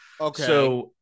Okay